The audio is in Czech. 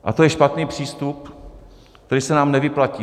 A to je špatný přístup, který se nám nevyplatí.